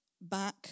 back